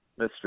Mr